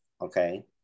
okay